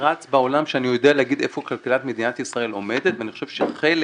נחרץ בעולם שאני יודע להגיד איפה כלכלת ישראל עומדת ואני חושב שחלק